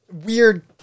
weird